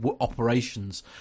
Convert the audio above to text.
operations